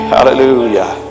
Hallelujah